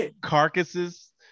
carcasses